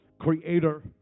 Creator